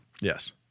Yes